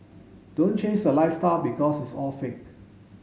don't chase the lifestyle because it's all fake